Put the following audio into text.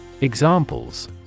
Examples